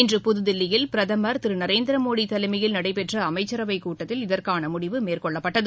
இன்று புதுதில்லியில் பிரதமர் திரு நரேந்திர மோடி தலைமையில் நடைபெற்ற அமைச்சரவைக் கூட்டத்தில் இதற்கான முடிவு மேற்கொள்ளப்பட்டது